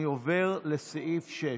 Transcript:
אני עובר לסעיף 6,